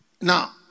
Now